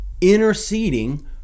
interceding